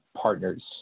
partners